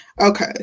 Okay